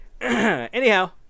anyhow